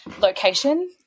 location